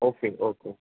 okay okay